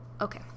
okay